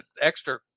extra